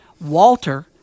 Walter